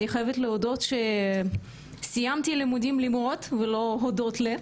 ואני חייבת לומר שסיימתי לימודים "למרות" ולא "הודות ל".